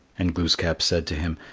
and glooskap said to him,